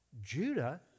Judah